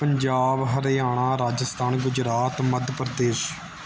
Punjab Haryana Rajasthan Gujarat Madhya Pradesh